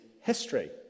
history